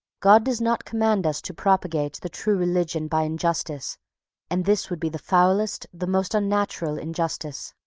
god does not command us to propagate the true religion by injustice and this would be the foulest, the most unnatural injustice.